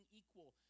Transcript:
equal